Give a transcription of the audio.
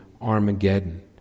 Armageddon